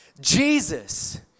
jesus